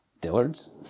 Dillard's